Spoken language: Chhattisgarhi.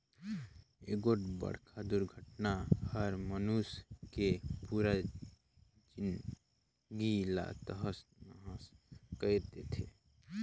एगोठ बड़खा दुरघटना हर मइनसे के पुरा जिनगी ला तहस नहस कइर देथे